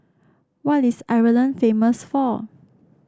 what is Ireland famous for